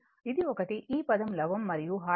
ఇది ఒకటి ఈ పదం లవం మరియు హారం ను j